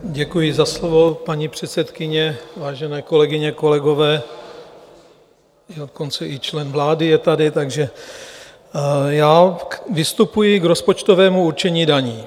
Děkuji za slovo, paní předsedkyně, vážené kolegyně, kolegové, dokonce i člen vlády je tady, takže já vystupuji k rozpočtovému určení daní.